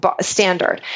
standard